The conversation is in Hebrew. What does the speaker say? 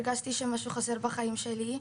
הרגשתי שמשהו חסר בחיים שלי,